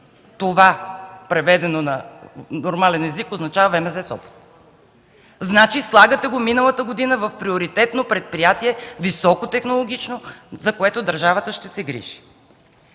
Това, преведено на нормален език, означава ВМЗ – Сопот. Значи, миналата година го слагате като приоритетно предприятие, високотехнологично, за което държавата ще се грижи?